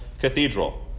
Cathedral